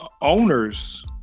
owners